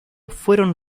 fueron